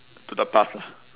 to the past lah